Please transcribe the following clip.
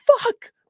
fuck